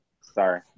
sorry